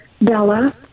Bella